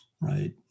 Right